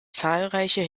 zahlreiche